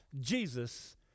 Jesus